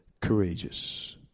courageous